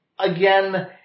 Again